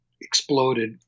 exploded